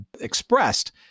expressed